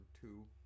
two